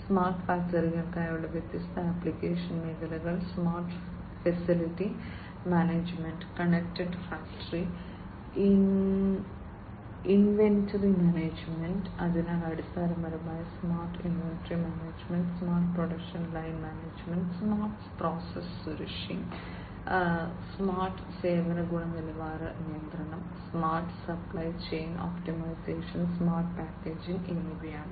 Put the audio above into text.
smart ഫാക്ടറികൾക്കായുള്ള വ്യത്യസ്ത application മേഖലകൾ smart facility management connected factory inventory management അതിനാൽ അടിസ്ഥാനപരമായി smart inventory management smart production line management smart process സുരക്ഷയും സുരക്ഷയും സ്മാർട്ട് സേവന ഗുണനിലവാര നിയന്ത്രണം smart supply chain optimisation smart packaging എന്നിവയാണ്